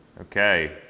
Okay